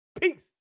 Peace